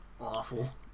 awful